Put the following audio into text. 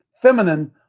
feminine